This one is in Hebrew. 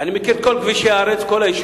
אני מכיר את כל כבישי הארץ, את כל היישובים,